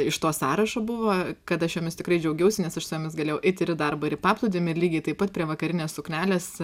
iš to sąrašo buvo kad aš jomis tikrai džiaugiausi nes aš su jomis galėjau eiti ir į darbą ir į paplūdimį lygiai taip pat prie vakarinės suknelės